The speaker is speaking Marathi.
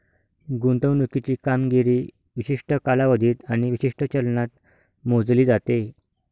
गुंतवणुकीची कामगिरी विशिष्ट कालावधीत आणि विशिष्ट चलनात मोजली जाते